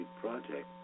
Project